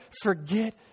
forget